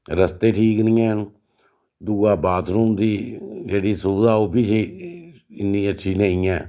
रस्ते ठीक नी हैन दूआ बाथरूम दी जेह्ड़ी सुविधा ओह् बी इन्नी अच्छी नेईं ऐ